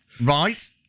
Right